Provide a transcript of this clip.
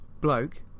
bloke